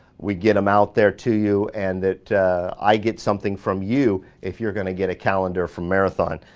we get them out there to you. and that i get something from you if you're gonna get a calendar from marathon.